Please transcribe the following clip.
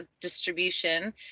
distribution